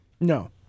No